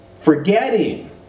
Forgetting